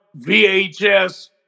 VHS